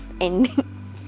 ending